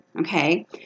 Okay